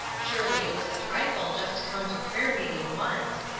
surely it was a trifle just to come to prayer-meeting once!